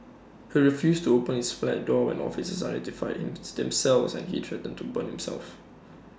he refused to open his flat door when officers identified themselves and he threatened to burn himself